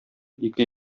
ике